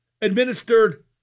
administered